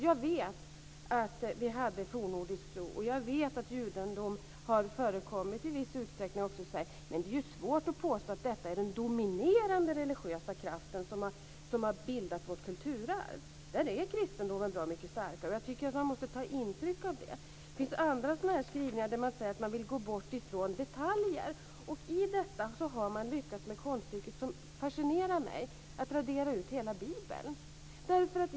Jag vet att vi haft en fornnordisk tro och jag vet att judendom har förekommit i viss utsträckning också i Sverige men det är svårt att påstå att det här är den dominerande religiösa kraft som bildat vårt kulturarv. Där är ju kristendomen bra mycket starkare. Jag tycker att man måste ta intryck av det. I andra skrivningar sägs det att man vill gå bort från detaljer. Där har man lyckats med konststycket, vilket fascinerar mig, att radera ut hela Bibeln.